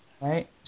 Right